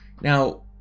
Now